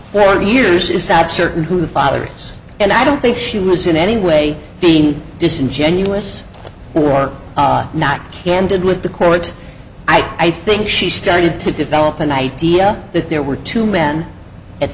for years is that certain who the fathers and i don't think she was in any way being disingenuous or not candid with the court i think she started to develop an idea that there were two men at